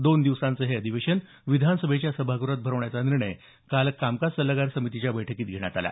दोन दिवसांचं हे अधिवेशन विधानसभेच्या सभागृहात भरवण्याचा निर्णय काल कामकाज सल्लागार समितीच्या बैठकीत घेण्यात आला